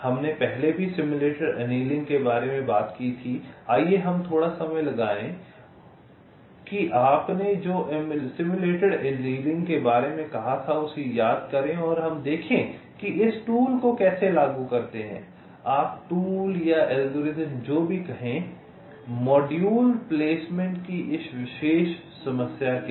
हमने पहले भी सिम्युलेटेड एनीलिंग के बारे में बात की थी आइए हम थोड़ा समय लगाए कि आपने जो सिम्युलेटेड एनीलिंग के बारे में कहा था उसे याद करें और हमें देखें कि हम इस टूल को कैसे लागू करते हैं आप टूल या अल्गोरिदम जो भी कहें मॉड्यूल प्लेसमेंट की इस विशेष समस्या के लिए